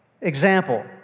Example